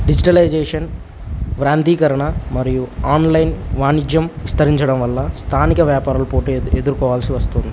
digitalisation వ్రాందీకరణ మరియు online వాణిజ్యం విస్తరించడం వల్ల స్థానిక వ్యాపారాలు పోటీ ఎదుర్కోవాల్సి వస్తుంది